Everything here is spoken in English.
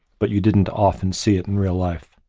but you didn't often see it in real life.